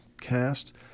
cast